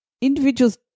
Individuals